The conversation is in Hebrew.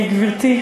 גברתי,